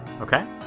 okay